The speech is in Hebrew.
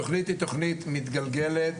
התוכנית היא תוכנית מתגלגלת